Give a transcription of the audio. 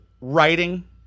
writing